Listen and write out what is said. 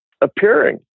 appearing